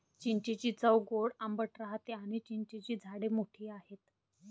चिंचेची चव गोड आंबट राहते आणी चिंचेची झाडे मोठी आहेत